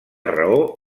raó